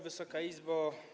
Wysoka Izbo!